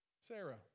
Sarah